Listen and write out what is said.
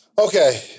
Okay